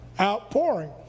outpouring